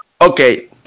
okay